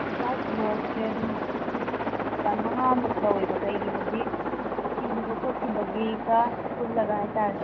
white ꯔꯣꯁꯁꯦ ꯑꯗꯨꯝ ꯎꯝ ꯆꯥꯝꯃꯉꯥꯃꯨꯛ ꯂꯧꯋꯦꯕ ꯀꯩꯒꯤꯅꯣꯗꯤ ꯁꯤꯒꯤꯕ ꯈꯣꯠꯈꯤꯕꯒꯤꯒ ꯄꯨꯜꯂꯒ ꯍꯥꯏꯇꯔꯦ